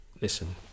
listen